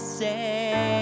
say